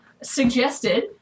Suggested